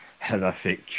horrific